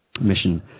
mission